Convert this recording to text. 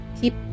keep